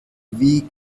wie